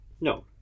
no